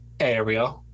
area